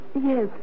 Yes